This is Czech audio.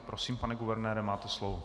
Prosím, pane guvernére, máte slovo.